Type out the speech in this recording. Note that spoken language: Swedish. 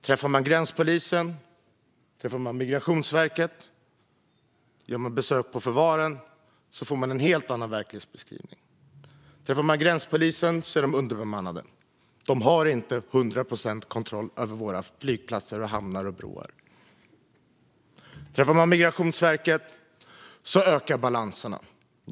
Träffar man gränspolisen och Migrationsverket eller gör besök på förvaren får man en helt annan verklighetsbeskrivning. Träffar man gränspolisen får man höra att de är underbemannade. De har inte hundra procent kontroll över våra flygplatser, hamnar och broar. Träffar man Migrationsverket får man höra att balanserna ökar.